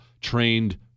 trained